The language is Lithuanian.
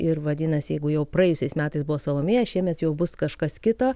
ir vadinasi jeigu jau praėjusiais metais buvo salomėja šiemet jau bus kažkas kita